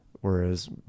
whereas